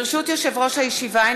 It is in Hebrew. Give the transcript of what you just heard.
ברשות יושב-ראש הישיבה,